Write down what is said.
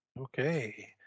Okay